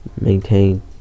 maintain